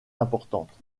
importantes